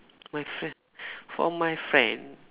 my friend for my friend